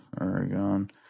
Aragon